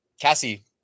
Cassie